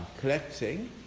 Collecting